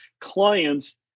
clients